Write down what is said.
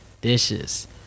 dishes